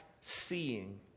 seeing